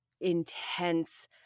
intense